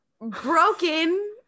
broken